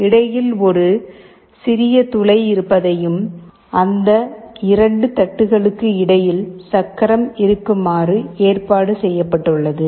இடையில் ஒரு சிறிய துளை இருப்பதையும் அந்த இரண்டு தட்டுகளுக்கு இடையில் சக்கரம் இருக்குமாறு ஏற்பாடு செய்யப்பட்டுள்ளது